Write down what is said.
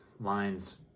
lines